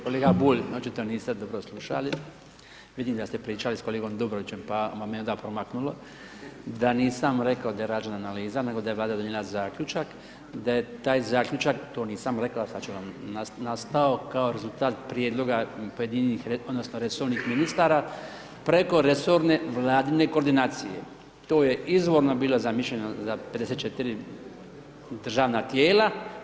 Kolega Bulj, očito niste dobro slušali, vidim da ste pričali sa kolegom Dobrovićem, pa vam je onda promaknulo, da nisam rekao da je rađena analiza nego da je Vlada donijela zaključak, da je taj zaključak, to nisam rekao a sada ću vam, nastao kao rezultat prijedloga pojedinih, odnosno resornih ministara preko resorne Vladine koordinacije, to je izvorno bilo zamišljeno za 54 državna tijela.